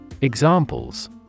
Examples